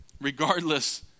regardless